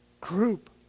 group